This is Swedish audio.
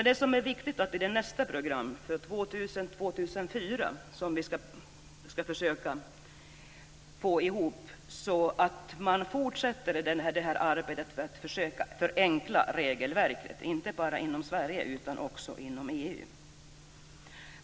Det som är viktigt är att till nästa program som vi skall försöka få ihop, för åren 2000-2004, fortsätta arbetet med att försöka förenkla regelverket, inte bara inom Sverige utan också inom EU.